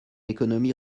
économie